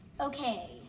okay